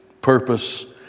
purpose